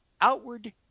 outward